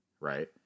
right